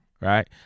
right